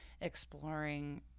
exploring